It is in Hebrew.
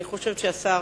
אני חושבת שהשר,